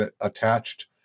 attached